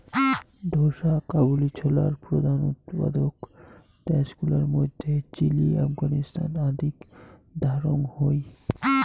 ঢোসা কাবুলি ছোলার প্রধান উৎপাদক দ্যাশ গুলার মইধ্যে চিলি, আফগানিস্তান আদিক ধরাং হই